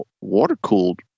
water-cooled